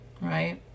right